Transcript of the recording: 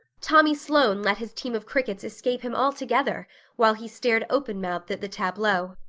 tommy sloane let his team of crickets escape him altogether while he stared open-mouthed at the tableau.